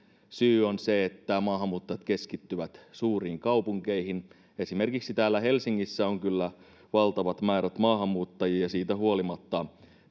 syy on se että maahanmuuttajat keskittyvät suuriin kaupunkeihin esimerkiksi täällä helsingissä on kyllä valtavat määrät maahanmuuttajia siitä huolimatta